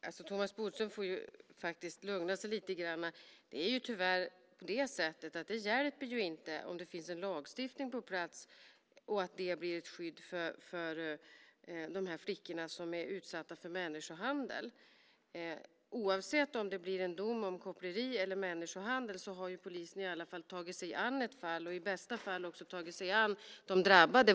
Fru talman! Thomas Bodström får faktiskt lugna sig lite grann. Det är tyvärr på det sättet att det inte hjälper om det finns en lagstiftning på plats, att det blir ett skydd för de flickor som är utsatta för människohandel. Oavsett om det blir en dom om koppleri eller människohandel har ju polisen i alla fall tagit sig an ett fall och i bästa fall också tagit sig an de drabbade.